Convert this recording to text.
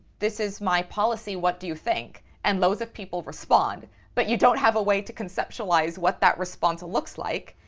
this is my policy. what do you think? and loads of people respond but you don't have a way to conceptualize what that response looks like,